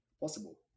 possible